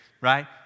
right